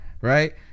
Right